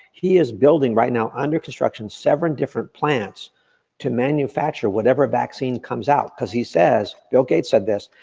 he is building right now, under construction, seven different plants to manufacture whatever vaccine comes out, cause he says, bill gates said this,